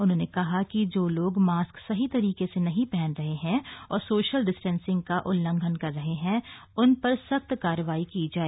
उन्होंने कहा कि जो लोग मास्क सही तरीके से नहीं पहन रहे हैं और सोशल डिस्टेंसिंग का उल्लंघन कर रहे हैं उन पर सख्त कार्रवाई की जाए